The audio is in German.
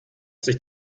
sich